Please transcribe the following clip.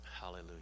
Hallelujah